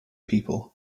people